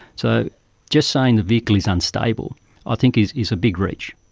so just saying the vehicle is unstable i think is is a big reach.